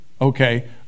Okay